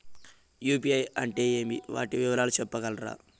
UPI అంటే ఏమి? వాటి వివరాలు సెప్పగలరా?